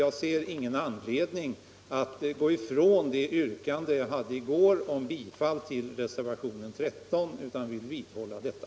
Jag ser ingen anledning att gå ifrån det yrkande som jag ställde i går på bifall till reservationen 13 utan vill vidhålla detta.